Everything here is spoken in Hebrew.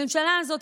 הממשלה הזאת,